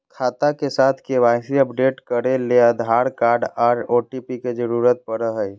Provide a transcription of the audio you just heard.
खाता के साथ के.वाई.सी अपडेट करे ले आधार कार्ड आर ओ.टी.पी के जरूरत पड़ो हय